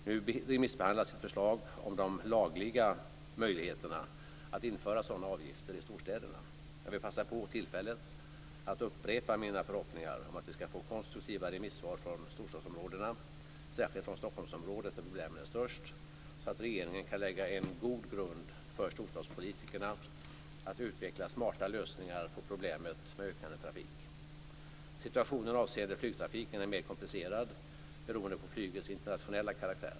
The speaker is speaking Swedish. Nu remissbehandlas ett förslag om de lagliga möjligheterna att införa sådana avgifter i storstäderna. Jag vill passa på tillfället att upprepa mina förhoppningar om att vi ska få konstruktiva remissvar från storstadsområdena, särskilt från Stockholmsområdet där problemen är störst, så att regeringen kan lägga en god grund för storstadspolitikerna att utveckla smarta lösningar på problemet med ökande trafik. Situationen avseende flygtrafiken är mer komplicerad beroende på flygets internationella karaktär.